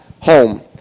home